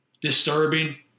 disturbing